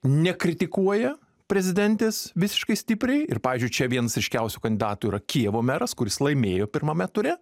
nekritikuoja prezidentės visiškai stipriai ir pavyzdžiui čia vienas ryškiausių kandidatų yra kijevo meras kuris laimėjo pirmame ture